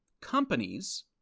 companies